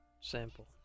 Sample